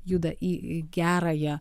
juda į gerąją